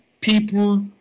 people